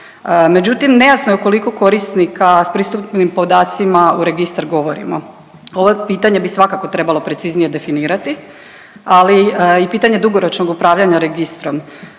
Međutim, nejasno je koliko korisnika sa pristupnim podacima u registar govorimo. Ovo pitanje bi svakako trebalo preciznije definirati, ali i pitanje dugoročnog upravljanja registrom.